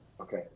Okay